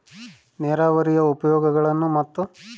ನೇರಾವರಿಯ ಉಪಯೋಗಗಳನ್ನು ಮತ್ತು?